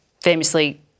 famously